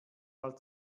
mal